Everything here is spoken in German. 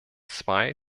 zwei